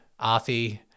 Arthi